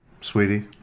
sweetie